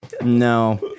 No